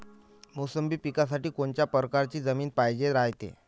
मोसंबी पिकासाठी कोनत्या परकारची जमीन पायजेन रायते?